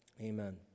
amen